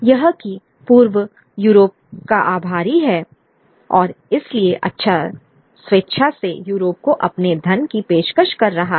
यह कि पूर्व यूरोप का आभारी है और इसलिए स्वेच्छा से यूरोप को अपने धन की पेशकश कर रहा है